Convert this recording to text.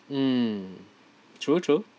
mm true true